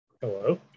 hello